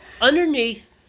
underneath